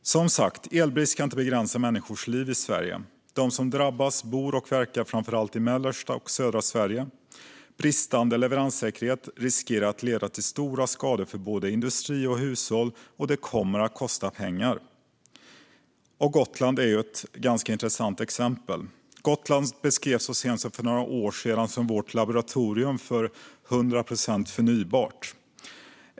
Som sagt: Elbrist ska inte begränsa människors liv i Sverige. De som drabbas bor och verkar framför allt i mellersta och södra Sverige. Bristande leveranssäkerhet riskerar att leda till stora skador för både industri och hushåll, och det kommer att kosta pengar. Gotland är ett intressant exempel. Gotland beskrevs så sent som för några år sedan som vårt laboratorium för "100 procent förnybart".